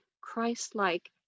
Christ-like